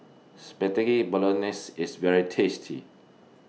Spaghetti Bolognese IS very tasty